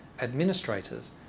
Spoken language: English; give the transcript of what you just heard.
administrators